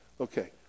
Okay